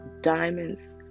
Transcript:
diamonds